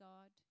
God